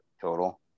total